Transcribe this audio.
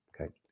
okay